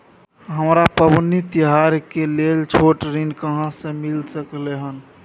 हमरा पबनी तिहार के लेल छोट ऋण कहाँ से मिल सकलय हन?